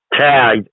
tag